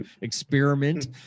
experiment